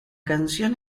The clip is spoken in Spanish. canción